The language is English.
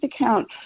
account